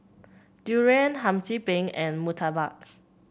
durian Hum Chim Peng and murtabak